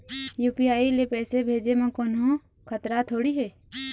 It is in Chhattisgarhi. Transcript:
यू.पी.आई ले पैसे भेजे म कोन्हो खतरा थोड़ी हे?